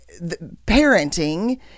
parenting